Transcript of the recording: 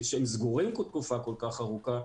שהם סגורים תקופה כל כך ארוכה,